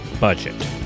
budget